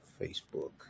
Facebook